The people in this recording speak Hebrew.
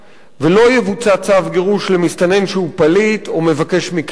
ולא יבוצע צו גירוש למסתנן שהוא פליט או מבקש מקלט,